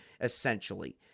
essentially